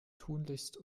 tunlichst